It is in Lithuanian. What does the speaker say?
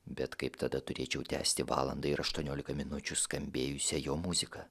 bet kaip tada turėčiau tęsti valandą ir aštuoniolika minučių skambėjusią jo muziką